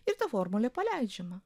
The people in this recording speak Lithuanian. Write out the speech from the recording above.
ir ta formulė paleidžiama